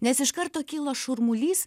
nes iš karto kilo šurmulys